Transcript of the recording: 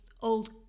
old